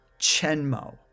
chenmo